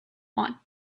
want